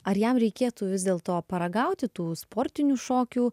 ar jam reikėtų vis dėlto paragauti tų sportinių šokių